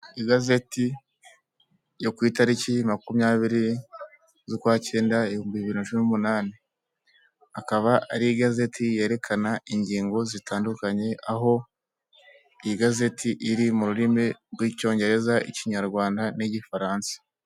Igazeti yo ku itariki makumyabiri z'ukwacyenda ibihumbi bibiri na cumi n'umunani akaba ari igazeti yerekana ingingo zitandukanye, aho igazeti iri mu rurimi rw'icyongereza, ikinyarwanda, n'igifaransa.